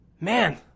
Man